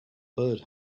bird